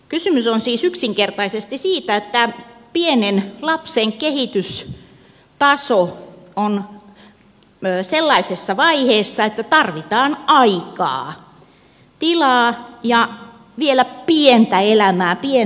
kysymys on siis yksinkertaisesti siitä että pienen lapsen kehitystaso on sellaisessa vaiheessa että tarvitaan aikaa tilaa ja vielä pientä elämää pientä arkea